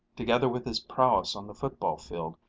together with his prowess on the football field,